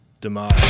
Demise